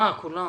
אה, כולם.